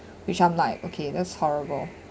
which I'm like okay that's horrible